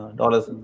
dollars